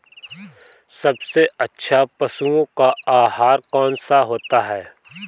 सबसे अच्छा पशुओं का आहार कौन सा होता है?